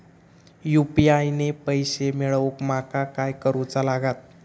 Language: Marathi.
यू.पी.आय ने पैशे मिळवूक माका काय करूचा लागात?